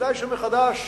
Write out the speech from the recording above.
וכדאי שמחדש